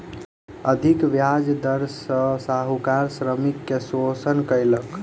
अधिक ब्याज दर सॅ साहूकार श्रमिक के शोषण कयलक